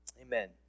amen